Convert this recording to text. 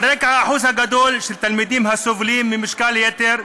על רקע האחוז הגדול של תלמידים הסובלים ממשקל-יתר,